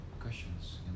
questions